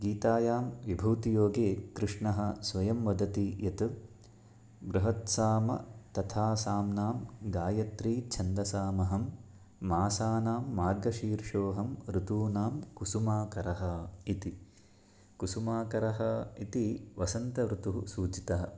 गीतायां विभूतियोगे कृष्णः स्वयं वदति यत् बृहत्साम तथा साम्नां गायत्री छन्दसामहम् मासानां मार्गशीर्षोऽहमृतूनां कुसुमाकरः इति कुसुमाकरः इति वसन्तऋतुः सूचितः